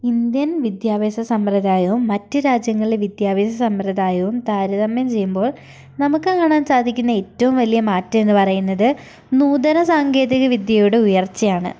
Indian വിദ്യാഭ്യാസ സമ്പ്രദായവും മറ്റ് രാജ്യങ്ങളിലെ വിദ്യാഭ്യാസ സമ്പ്രദായവും താരതമ്യം ചെയ്യുമ്പോൾ നമുക്ക് കാണാൻ സാധിക്കുന്ന ഏറ്റവും വലിയ മാറ്റം എന്ന് പറയുന്നത് നൂതന സാങ്കേതിക വിദ്യയുടെ ഉയർച്ചയാണ്